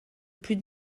plus